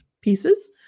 pieces